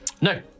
No